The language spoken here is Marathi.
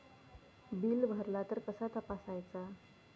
बिल भरला तर कसा तपसायचा?